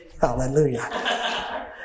Hallelujah